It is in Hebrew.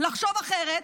לחשוב אחרת,